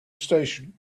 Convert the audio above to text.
station